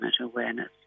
awareness